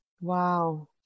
Wow